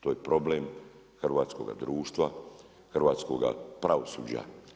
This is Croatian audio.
To je problem hrvatskoga društva, hrvatskoga pravosuđa.